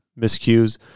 miscues